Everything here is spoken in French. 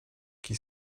qui